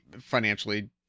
financially